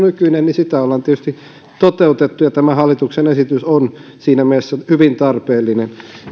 nykyinen niin sitä ollaan tietysti noudatettu ja hallituksen esitys on siinä mielessä hyvin tarpeellinen